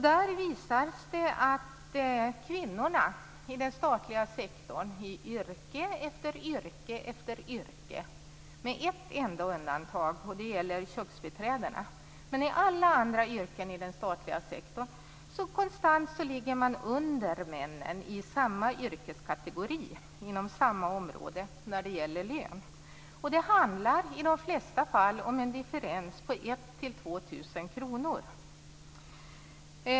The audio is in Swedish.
Det visas i den att kvinnorna inom den statliga sektorn i yrke efter yrke - med ett enda undantag, nämligen för köksbiträden - konstant ligger under männen i samma yrkeskategori och inom samma område när det gäller lön. Det handlar i de flesta fall om en differens om 1 000-2 000 kr.